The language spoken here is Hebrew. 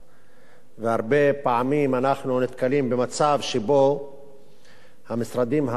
והרבה פעמים אנחנו נתקלים במצב שבו המשרדים הממשלתיים,